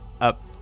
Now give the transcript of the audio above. up